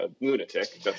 lunatic